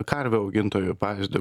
karvių augintojų pavyzdį